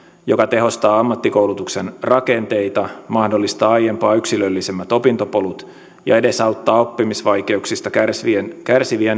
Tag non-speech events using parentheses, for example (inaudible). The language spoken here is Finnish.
joka tehostaa ammattikoulutuksen rakenteita mahdollistaa aiempaa yksilöllisemmät opintopolut ja edesauttaa oppimisvaikeuksista kärsivien kärsivien (unintelligible)